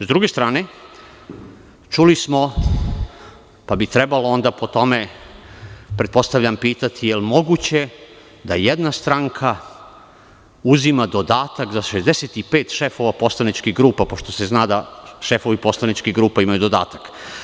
S druge strane, čuli smo, pa bi trebalo po tome, pretpostavljam, pitati - jel moguće da jedna stranka uzima dodatak za 65 šefova poslaničkih grupa, pošto se zna da šefovi poslaničkih grupa imaju dodatak?